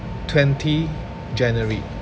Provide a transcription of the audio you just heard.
twenty january